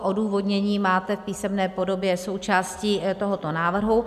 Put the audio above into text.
Odůvodnění máte v písemné podobě součástí tohoto návrhu.